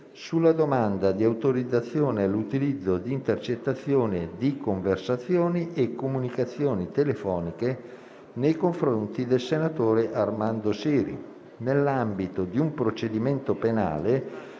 sulla domanda di autorizzazione all'utilizzo di intercettazioni di conversazioni e comunicazioni telefoniche del senatore Armando Siri nell'ambito di un procedimento penale.